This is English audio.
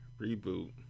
reboot